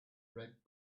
red